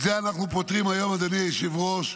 את זה אנחנו פותרים היום, אדוני היושב-ראש.